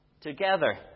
together